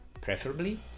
preferably